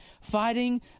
fighting